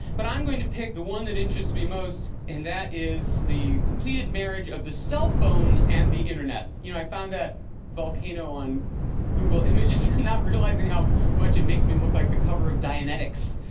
but i'm going to pick the one that interests me most, and that is the completed marriage of the cell phone and the internet. you know, i found that volcano on google images, not realizing how much it makes me look like the cover of dianetics.